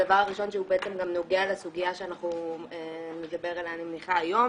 הדבר הראשון שהוא בעצם גם נוגע לסוגיה שאנחנו נדבר עליה אני מניחה היום,